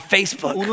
Facebook